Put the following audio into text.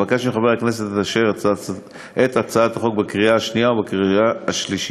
אבקש מחברי הכנסת לאשר את הצעת החוק בקריאה השנייה ובקריאה השלישית.